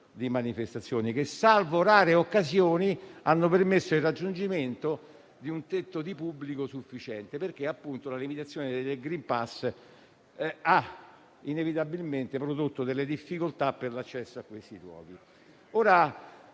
di manifestazioni, che - salvo rare occasioni - hanno permesso il raggiungimento di un tetto di pubblico sufficiente, perché appunto la limitazione del *green pass* ha inevitabilmente prodotto difficoltà per l'accesso a questi luoghi.